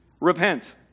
repent